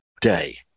day